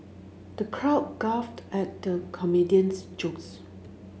the crowd guffawed at the comedian's jokes